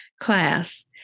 class